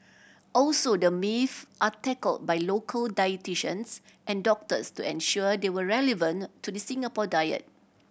also the myths are tackled by local dietitians and doctors to ensure they are relevant to the Singapore diet